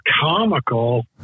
comical